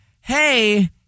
hey